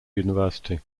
university